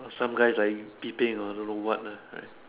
some guys are peeping or I don't know what lah right